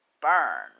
burn